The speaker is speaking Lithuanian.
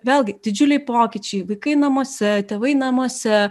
vėlgi didžiuliai pokyčiai vaikai namuose tėvai namuose